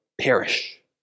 perish